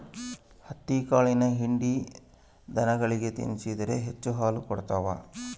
ಹತ್ತಿಕಾಳಿನ ಹಿಂಡಿ ದನಗಳಿಗೆ ತಿನ್ನಿಸಿದ್ರ ಹೆಚ್ಚು ಹಾಲು ಕೊಡ್ತಾವ